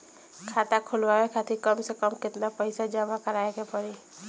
खाता खुलवाये खातिर कम से कम केतना पईसा जमा काराये के पड़ी?